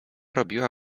robiła